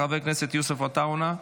חבר הכנסת יוסף עטאונה,